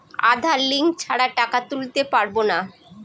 আধার link ছাড়া টাকা তুলতে পারব না?